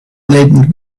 laden